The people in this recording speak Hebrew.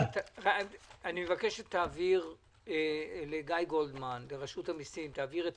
אני מבקש שתעביר לגיא גולדמן, לרשות המיסים, את